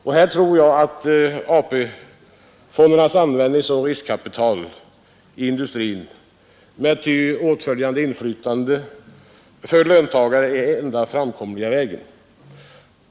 Och där tror jag att AP-fondernas användning som riskkapital i industrin med ty åtföljande inflytande för löntagarna är den enda framkomliga vägen.